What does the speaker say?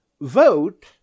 vote